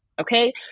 Okay